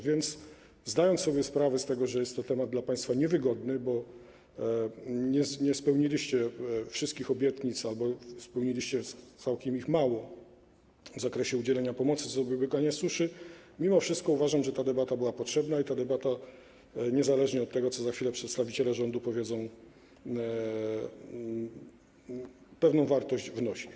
Więc zdając sobie sprawę z tego, że jest to temat dla państwa niewygodny, bo nie spełniliście wszystkich obietnic albo spełniliście ich bardzo mało w zakresie udzielenia pomocy, zapobiegania suszy, mimo wszystko uważam, że ta debata była potrzebna i że ona niezależnie od tego, co za chwilę przedstawiciele rządu powiedzą, pewną wartość wnosi.